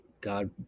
God